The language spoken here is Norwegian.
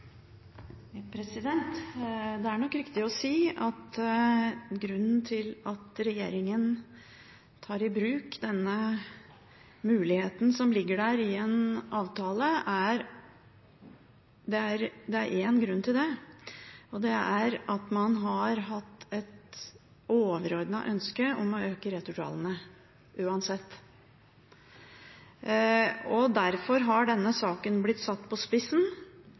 Det er nok riktig å si at det er én grunn til at regjeringen tar i bruk den muligheten som ligger i en avtale, og det er at man har hatt et overordnet ønske om å øke returtallene, uansett. Derfor har denne saken blitt satt på spissen,